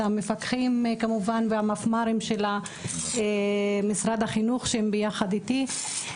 המפקחים כמובן והמפמ"רים של משרד החינוך שהם ביחד איתי.